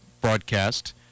broadcast